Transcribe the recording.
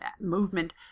movement